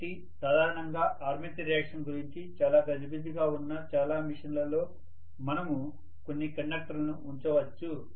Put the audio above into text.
కాబట్టి సాధారణంగా armature reaction గురించి చాలా గజిబిజిగా ఉన్న చాలా మెషిన్ లలో మనము కొన్ని కండక్టర్లను ఉంచవచ్చు